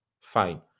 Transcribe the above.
Fine